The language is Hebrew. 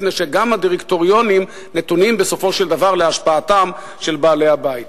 מפני שגם הדירקטוריונים נתונים בסופו של דבר להשפעתם של בעלי-הבית.